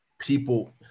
people